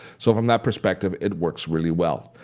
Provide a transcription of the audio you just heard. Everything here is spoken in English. so from that perspective, it works really well.